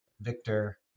Victor